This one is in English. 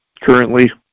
currently